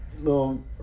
No